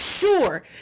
sure